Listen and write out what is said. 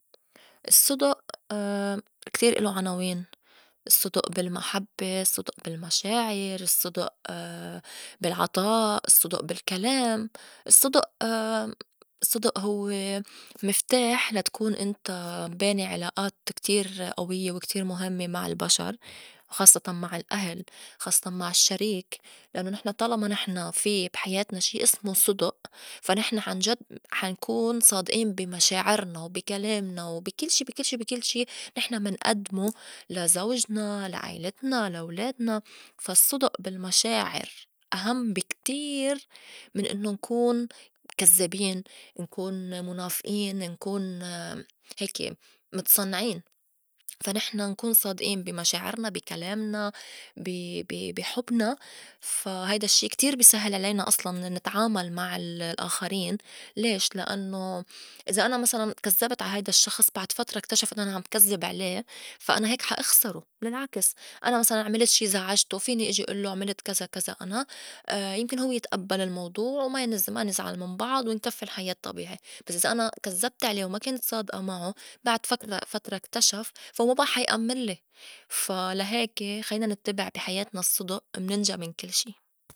الصّدُئ كتير إلو عناوين: الصّدُئ بالمحبّة، الصّدُئ بالمشاعر، الصّدُئ بالعطاء، الصّدُئ بالكلام. الصّدُئ- الصّدئ هوّ مفتاح لا تكون إنت باني عِلائات كتير أويّة وكتير مُهمّة مع البشر وخاصّتاً مع الأهل، خاصّتاً مع الشّريك، لأنّو نحن طالما نحن في بحياتنا شي إسمو صدُئ فا نحن عنجد حا نكون صادئين بي مشاعرنا وبي كلامنا وبي- كل- شي- بي كل شي بي كل شي نحن منئدمو لزوجنا، لا عيلتنا، لا ولادنا. فالصّدُئ بالمشاعر أهم بي كتير من إنّو نكون كزّابين، نكون مُنافئين، نكون هيكة متصنعين. فا نحن نكون صادئين بي مشاعرنا، بي كلامنا، بي- بي- بي حُبنا فا هيدا الشّي كتير بي سهّل علينا أصلاً ن- نتعامل مع ال- الآخرين ليش؟ لأنّو إذا أنا مسلاً كزّبت عا هيدا الشّخص بعد فترة اكتشف إنّو أنا عم كزّب عليه فا أنا هيك حا إخسرو، بالعكس أنا مسلاً عملت شي زعجتو فيني إجي ألّو عملت كزا- كزا أنا يمكن هوّ يتئبّل الموضوع وما- ينز ما نزعل من بعض ونكفّي الحياة طبيعي. بس إذا أنا كزّبت عليه وما كنت صادئة معو بعد فاكرة فترة اكتشف فا هوّ ما بئى حا يأمّنلي. فا لهيكة خلّينا نتبع بي حياتنا الصّدئ مننجى من كل شي.